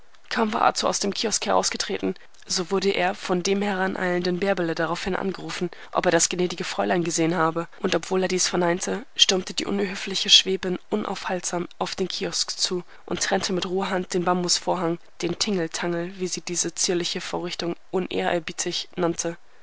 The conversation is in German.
kaum war arthur aus dem kiosk hinausgetreten so wurde er von dem heraneilenden bärbele daraufhin angerufen ob er das gnädige fräulein gesehen habe und obwohl er dies verneinte stürmte die unhöfliche schwäbin unaufhaltsam auf den kiosk zu und trennte mit roher hand den bambusvorhang den tingeltangel wie sie diese zierliche vorrichtung unehrerbietig nannte